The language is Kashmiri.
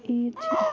عیٖد چھِ